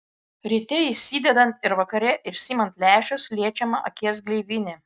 ryte įsidedant ir vakare išsiimant lęšius liečiama akies gleivinė